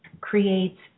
creates